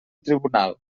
tribunal